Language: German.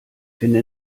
finde